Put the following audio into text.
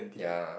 ya